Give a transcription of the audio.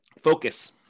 Focus